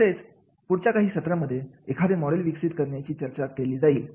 तसेच पुढच्या काही सत्रांमध्ये एखादे मॉडेल विकसित करण्यासाठी चर्चा केली जाईल